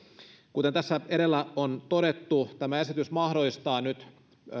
kuten tässä edellä on todettu tämä esitys mahdollistaa nyt